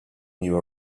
new